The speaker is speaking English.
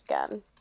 again